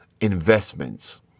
investments